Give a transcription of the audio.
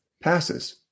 passes